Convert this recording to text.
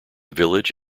village